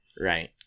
Right